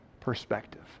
perspective